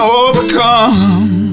overcome